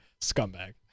Scumbag